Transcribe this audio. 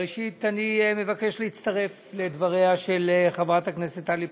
ראשית אני מבקש להצטרף לדבריה של חברת הכנסת טלי פלוסקוב.